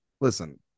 listen